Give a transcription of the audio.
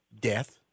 death